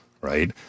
right